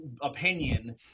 opinion